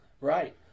Right